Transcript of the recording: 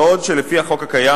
בעוד שלפי החוק הקיים,